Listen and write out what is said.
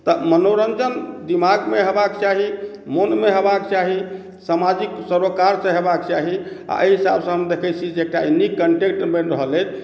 तऽ मनोरञ्जन दिमागमे हेबाक चाही मोनमे हेबाक चाही सामाजिक सरोकार से हेबाक चाही आ एहि हिसाबसँ हम देखै छी जे एकटा नीक कन्टेन्ट बनि रहल अहि